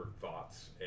thoughts